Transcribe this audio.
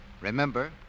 Remember